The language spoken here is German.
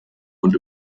und